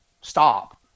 stop